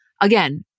again